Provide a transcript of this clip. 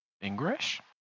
English